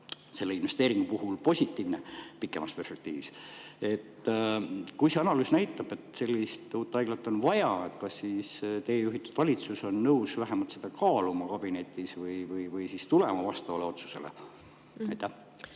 selle investeeringu puhul pikemas perspektiivis. Kui see analüüs näitab, et sellist uut haiglat on vaja, kas siis teie juhitud valitsus on nõus vähemalt seda kaaluma kabinetis või [langetama] vastava otsuse?